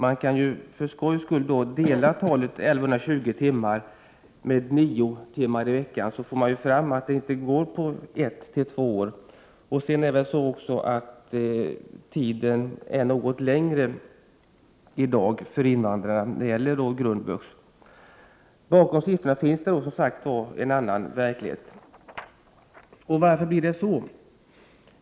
Man kan för skojs skull dela 1 120 timmar med nio timmar per vecka, så får man fram att det inte går på ett till två år. Studietiden i dag är väl också något längre för invandrare på grundvux. Bakom siffrorna finns som sagt en annan verklighet. Varför är det så?